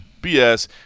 BS